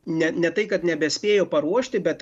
ne ne tai kad nebespėjo paruošti bet